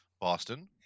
boston